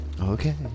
Okay